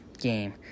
game